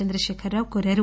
చంద్రశేఖర్ రావు కోరారు